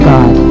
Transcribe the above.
God